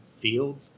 field